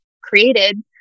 created